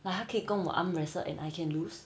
like 他可以跟我 arm wrestle and I can lose